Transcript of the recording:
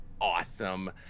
Awesome